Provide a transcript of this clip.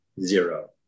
zero